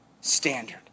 standard